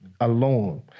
alone